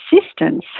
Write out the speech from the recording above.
assistance